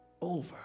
over